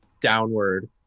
downward